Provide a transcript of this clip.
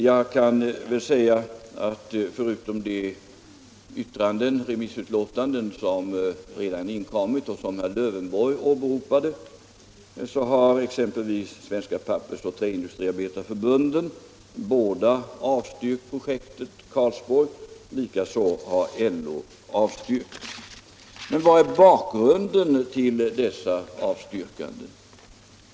Jag kan nämna att förutom de remissyttranden som redan inkommit och som herr Lövenborg åberopade, så har exempelvis Pappersindustriarbetareförbundet och Träindustriarbetareförbundet i sina remissyttranden avstyrkt projektet Karlsborg. Likaså har LO avstyrkt. Vilken är då bakgrunden till dessa avstyrkanden?